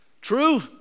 True